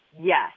Yes